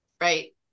Right